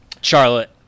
Charlotte